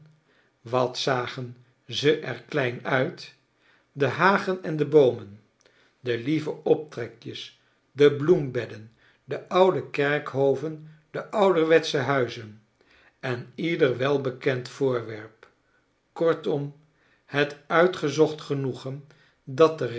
de hagen en de boomen de lieve optrekjes de bloembeddcn de oude kerkhoven de ouderwetsche huizen en ieder welbekend voorwerp kortom het uitgezocht genoegen